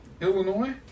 Illinois